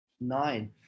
nine